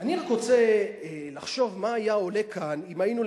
אני רק רוצה לחשוב מה היה עולה כאן אם היינו,